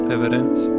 Evidence